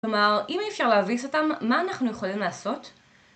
כלומר, אם אי אפשר להביס סתם, מה אנחנו יכולים לעשות?